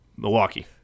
Milwaukee